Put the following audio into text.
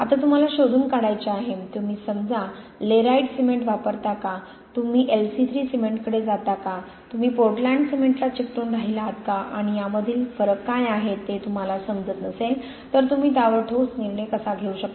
आता तुम्हाला शोधून काढायचे आहे तुम्ही समजा लेराइट सिमेंट वापरता का तुम्ही LC3 सिमेंटकडे जाता का तुम्ही पोर्टलँड सिमेंटला चिकटून राहिलात का आणि यामधील फरक काय आहेत हे तुम्हाला समजत नसेल तर तुम्ही त्यावर ठोस निर्णय कसा घेऊ शकता